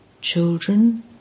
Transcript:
Children